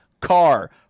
car